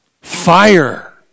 fire